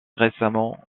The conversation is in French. récemment